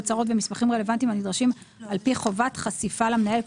הצהרות ומסמכים רלוונטיים הנדרשים על פי חובת חשיפה למנהל ...".